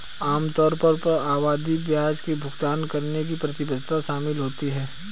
आम तौर पर आवधिक ब्याज का भुगतान करने की प्रतिबद्धता शामिल होती है